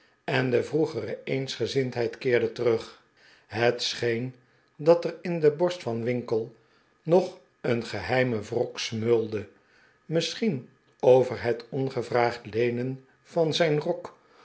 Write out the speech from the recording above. en de vroegere eensgezindheid keerde terug het scheen dat er in de borst van winkle nog een geheirhe wrok smeulde misschien over het ongevraagd leenen van zijn rok